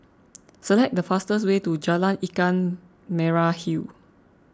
select the fastest way to Jalan Ikan Merah Hill